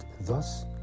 thus